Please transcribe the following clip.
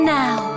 now